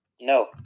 No